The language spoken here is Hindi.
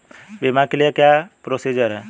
बीमा के लिए क्या क्या प्रोसीजर है?